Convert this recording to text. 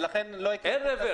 ולכן לא --- מרב,